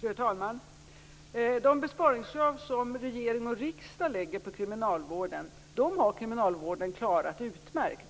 Fru talman! De besparingskrav som regering och riksdag lagt på kriminalvården har kriminalvården klarat utmärkt.